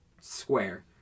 square